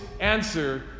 answer